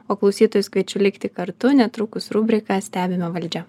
o klausytojus kviečiu likti kartu netrukus rubrika stebime valdžią